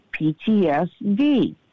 PTSD